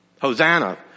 Hosanna